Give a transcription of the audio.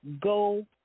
go